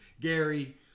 Gary